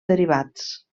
derivats